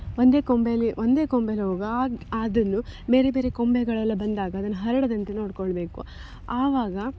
ಒಂದೇ ಕೊಂಬೇಲಿ ಒಂದೇ ಕೊಂಬೆಯಲ್ ಹೋಗುವಾಗ ಆದನ್ನು ಬೇರೆ ಬೇರೆ ಕೊಂಬೆಗಳೆಲ್ಲ ಬಂದಾಗ ಅದನ್ನು ಹರಡದಂತೆ ನೋಡಿಕೊಳ್ಬೇಕು ಆವಾಗ